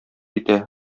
итә